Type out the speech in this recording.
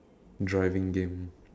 driving game